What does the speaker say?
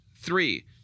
Three